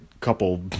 couple